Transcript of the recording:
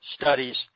studies